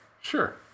Sure